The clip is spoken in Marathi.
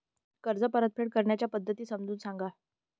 कर्ज परतफेड करण्याच्या पद्धती समजून सांगा